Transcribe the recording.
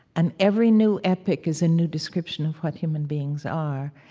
and every new epic is a new description of what human beings are.